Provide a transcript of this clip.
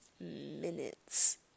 minutes